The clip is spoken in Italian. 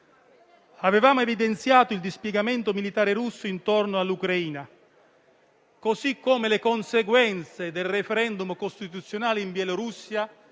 Avevamo evidenziato il dispiegamento militare russo intorno all'Ucraina, così come le conseguenze del *referendum* costituzionale in Bielorussia,